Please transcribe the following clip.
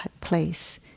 place